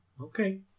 okay